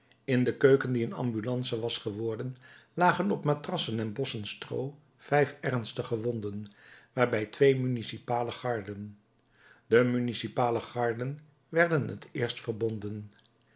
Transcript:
in de keuken die een ambulance was geworden lagen op matrassen en bossen stroo vijf ernstig gewonden waarbij twee municipale garden de municipale garden werden het eerst verbonden